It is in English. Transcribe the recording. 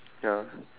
ya